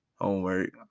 homework